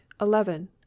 eleven